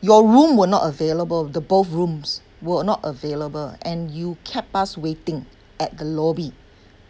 your room were not available the both rooms were not available and you kept us waiting at the lobby